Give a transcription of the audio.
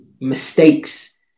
mistakes